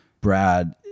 brad